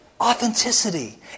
authenticity